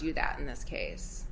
do that in this case